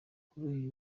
kuri